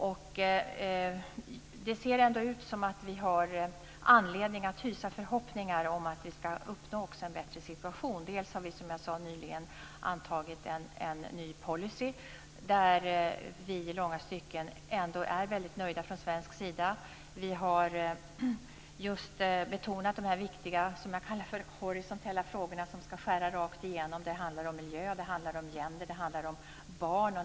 Det ser ut som om vi har anledning att hysa förhoppningar om att uppnå en bättre situation. Vi har, som jag nyss sade, antagit en ny policy som vi i långa stycken är väldigt nöjda med från svensk sida. Vi har just betonat de viktiga horisontella frågorna, som jag kallar dem, som ska skära rakt igenom alla andra frågor. De handlar om miljö, om gender och om barn.